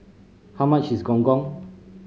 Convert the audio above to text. how much is Gong Gong